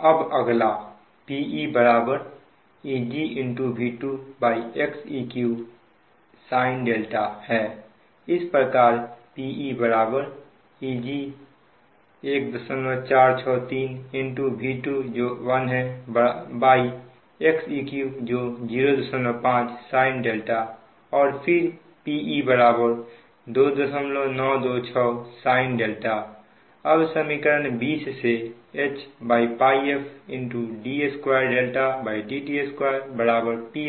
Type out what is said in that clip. और अब अगला PeEgV2xeq sin है इस प्रकार PeEg is 1463 V21xeqis 05 sin और फिर Pe2926 sin अब समीकरण 20 से Hπf d2dt2 Pi